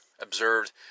observed